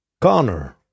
Connor